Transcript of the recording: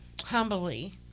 humbly